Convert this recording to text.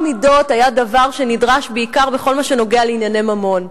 מידות היה דבר שנדרש בעיקר בכל מה שנוגע לענייני ממון.